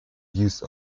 use